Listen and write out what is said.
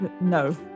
no